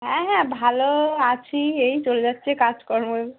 হ্যাঁ হ্যাঁ ভালো আছি এই চলে যাচ্ছে কাজকর্ম